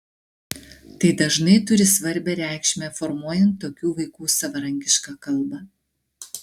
tai dažnai turi svarbią reikšmę formuojant tokių vaikų savarankišką kalbą